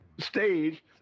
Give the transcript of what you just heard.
stage